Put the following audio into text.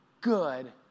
good